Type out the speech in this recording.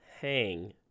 hang